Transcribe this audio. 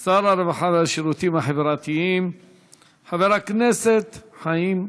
לסדר-היום שר הרווחה והשירותים החברתיים חיים כץ.